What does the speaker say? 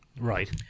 Right